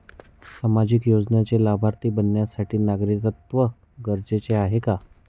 सामाजिक योजनेचे लाभार्थी बनण्यासाठी नागरिकत्व गरजेचे आहे का?